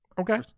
okay